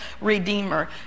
Redeemer